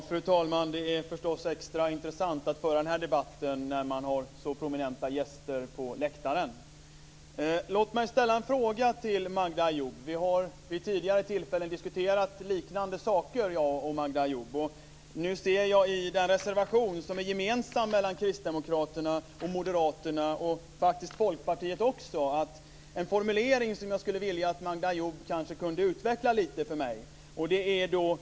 Fru talman! Det är förstås extra intressant att föra den här debatten när man har så prominenta gäster på läktaren. Låt mig ställa en fråga till Magda Ayoub. Magda Ayoub och jag har vid tidigare tillfällen diskuterat liknande saker. Nu ser jag i den reservation som är gemensam mellan Kristdemokraterna, Moderaterna och faktiskt också Folkpartiet en formulering som jag skulle vilja att Magda Ayoub kunde utveckla lite för mig.